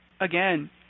again